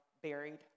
buried